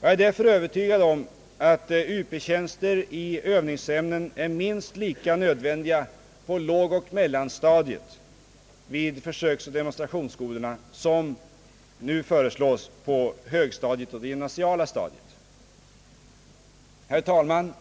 Jag är därför övertygad om att Uptjänster i övningsämnen är lika nödvändiga på lågoch mellanstadiet vid försöksoch demonstrationsskolorna som nu föreslås på högstadiet och det gymnasiala stadiet. Herr talman!